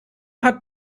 hat